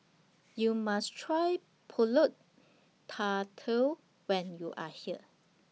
YOU must Try Pulut Tatal when YOU Are here